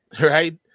Right